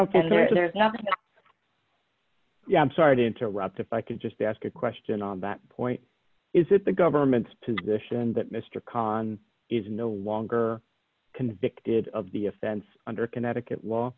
no yeah i'm sorry to interrupt if i could just ask a question on that point is it the government's position that mr kahn is no longer convicted of the offense under connecticut law